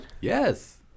Yes